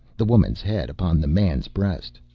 the woman's head upon the man's breast.